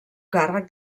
càrrec